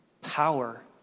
power